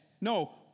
no